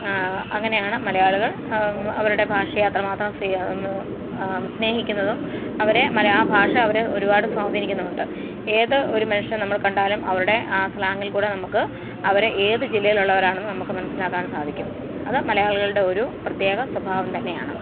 അങ്ങനെയാണ് മലയാളികള് അവരുടെ ഭാഷയെ അത്രമാത്രം സ്നേഹിക്കുന്നതും അവരെ മലയാള ഭാഷ അവരെ ഒരുപാട് സ്വാധീനിക്കുന്നുമുണ്ട് ഏത് ഒരു മനുഷ്യന് നമ്മളെ കണ്ടാലും അവരുടെ ആ സ്ലാങ്ങില്ക്കൂടെ നമ്മൾക്ക് അവരെ ഏത് ജില്ലയിലുള്ളവരാണന്ന് നമുക്ക് മനസ്സിലാക്കാന് സാധിക്കും അത് മലയാളികളുടെ ഒരു പ്രത്യേക സ്വഭാവം തന്നെയാണ്